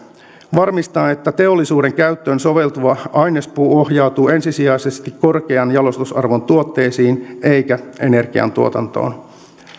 varmistaa että teollisuuden käyttöön soveltuva ainespuu ohjautuu ensisijaisesti korkean jalostusarvon tuotteisiin eikä energian tuotantoon